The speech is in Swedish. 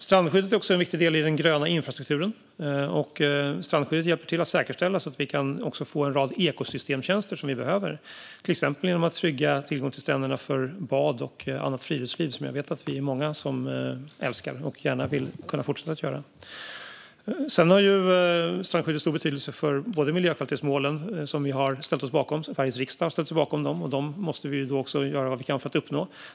Strandskyddet är en viktig del i den gröna infrastrukturen och hjälper också till att säkerställa att vi kan få en rad ekosystemtjänster som vi behöver, till exempel genom att trygga tillgång till stränderna för bad och allmänt friluftsliv, något som jag vet att vi är många som älskar och gärna vill kunna fortsätta med. Strandskyddet har även stor betydelse för miljökvalitetsmålen som Sveriges riksdag har ställt sig bakom. De målen måste vi göra vad vi kan för att uppnå.